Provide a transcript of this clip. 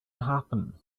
happen